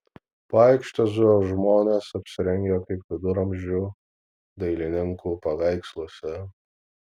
po aikštę zujo žmonės apsirengę kaip viduramžių dailininkų paveiksluose